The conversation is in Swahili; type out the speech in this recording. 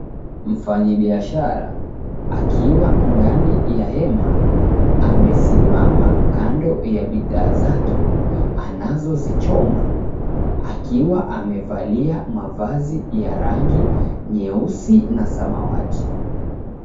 Mfanyibiashara akiwa ndani ya hema amesimama kando ya bidhaa zake anazozichoma akiwa amevalia mavazi ya rangi nyeusi na samawati.